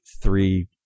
three